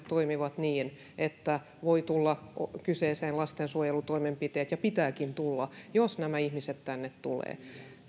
toimivat niin että voi tulla kyseeseen lastensuojelutoimenpiteet ja pitääkin tulla jos nämä ihmiset tänne